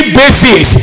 basis